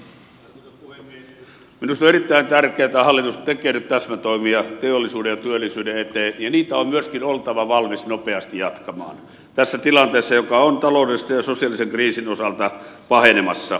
minusta on erittäin tärkeätä että hallitus tekee nyt täsmätoimia teollisuuden ja työllisyyden eteen ja niitä on myöskin oltava valmis nopeasti jatkamaan tässä tilanteessa joka on taloudellisesti ja sosiaalisen kriisin osalta pahenemassa